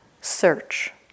search